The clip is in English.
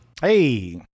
Hey